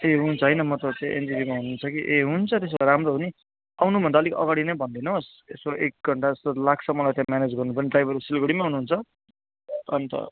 ए हुन्छ होइन म त त्यही एनजेपीमा हुनुहुन्छ कि ए हुन्छ त्यसो भए राम्रो हो नि आउनु भन्दा अलिक अगाडि नै भन्दिनुहोस् यसो एक घन्टा जस्तो लाग्छ मलाई त्यहाँ म्यानेज गर्नु पनि ड्राइभरहरू सिलगढीमै हुनुहुन्छ अन्त